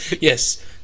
Yes